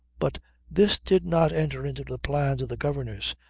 but this did not enter into the plans of the governess,